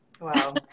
Wow